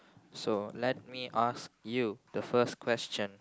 so let me ask you the first question